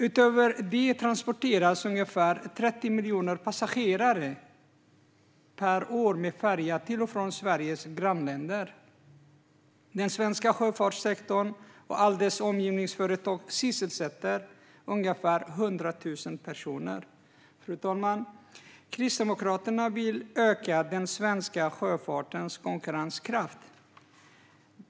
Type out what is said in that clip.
Utöver detta transporteras ungefär 30 miljoner passagerare per år med färja till och från Sveriges grannländer. Den svenska sjöfartssektorn och alla dess omgivningsföretag sysselsätter ungefär 100 000 personer. Fru talman! Kristdemokraterna vill öka den svenska sjöfartens konkurrenskraft.